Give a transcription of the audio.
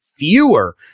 Fewer